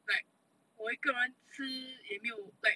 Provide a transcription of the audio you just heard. like 我一个人吃也没有 like